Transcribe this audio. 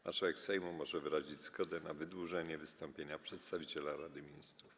Marszałek Sejmu może wyrazić zgodę na wydłużenie wystąpienia przedstawiciela Rady Ministrów.